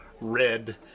red